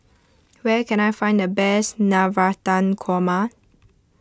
where can I find the best Navratan Korma